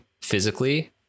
physically